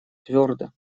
твердо